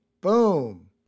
Boom